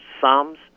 sums